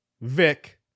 Vic